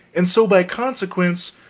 and so, by consequence,